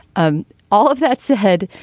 ah all of that's ahead.